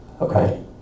Okay